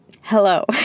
hello